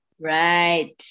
right